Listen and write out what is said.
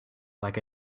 like